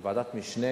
לוועדת משנה,